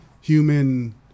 Human